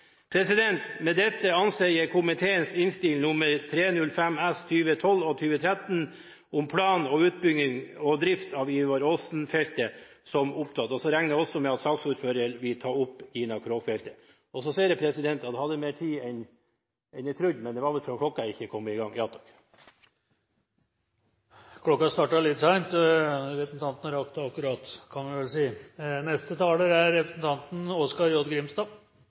Med dette anbefaler jeg komiteens Innst. 305 S for 2012–2013 om plan for utbygging og drift av Ivar Aasen-feltet. Jeg regner med at saksordføreren for sak nr. 2 vil ta opp Gina Krog-feltet. Så ser jeg at jeg hadde mer tid enn jeg trodde, men det var vel fordi klokken ikke kom i gang. Klokken startet litt sent, men representanten rakk det akkurat, kan en vel si.